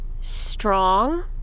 strong